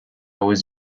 was